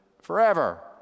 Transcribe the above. forever